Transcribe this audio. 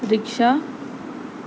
rickshaw